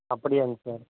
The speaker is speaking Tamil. அப்படியாங்க சார்